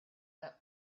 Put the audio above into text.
that